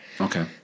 Okay